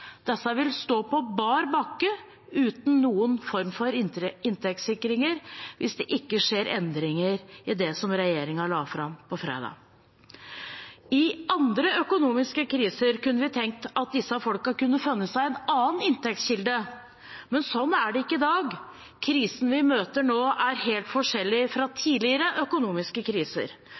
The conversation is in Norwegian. Disse vil stå på bar bakke uten noen form for inntektssikringer hvis det ikke skjer endringer i det som regjeringen la fram på fredag. I andre økonomiske kriser kunne vi tenkt at disse folkene kunne funnet seg en annen inntektskilde, men sånn er det ikke i dag. Krisen vi møter nå, er helt forskjellig fra tidligere økonomiske kriser.